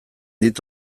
dit